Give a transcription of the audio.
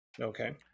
Okay